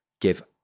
give